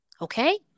okay